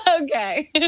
Okay